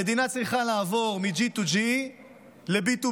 המדינה צריכה לעבור מ-G2G ל-B2B.